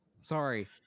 Sorry